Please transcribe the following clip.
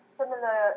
similar